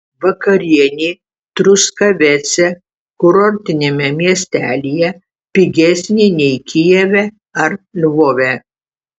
vakarienė truskavece kurortiniame miestelyje pigesnė nei kijeve ar lvove